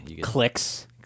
clicks